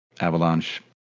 avalanche